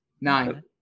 Nine